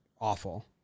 awful